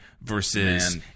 versus